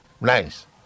nice